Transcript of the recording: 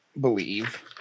believe